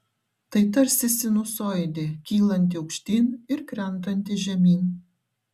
tai tarsi sinusoidė kylanti aukštyn ir krentanti žemyn